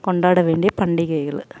கொண்டாட வேண்டிய பண்டிகைகள்